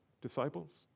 disciples